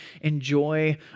enjoy